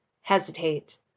hesitate